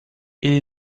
ele